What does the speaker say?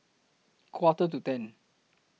Quarter to ten